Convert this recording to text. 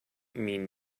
mean